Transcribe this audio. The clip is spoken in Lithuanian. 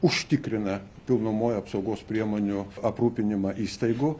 užtikrina pilnumoj apsaugos priemonių aprūpinimą įstaigų